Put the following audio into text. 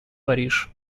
париж